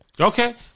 Okay